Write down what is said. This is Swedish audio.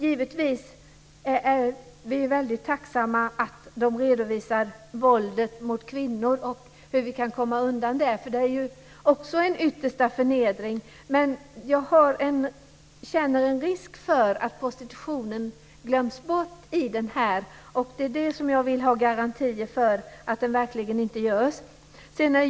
Jag är givetvis väldigt tacksam över att våldet mot kvinnor redovisas och hur man kan komma till rätta med det, eftersom det också är en yttersta förnedring. Men det finns risk för att prostitutionen glöms bort, och jag vill ha garantier för att så inte sker.